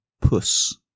Puss